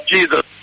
Jesus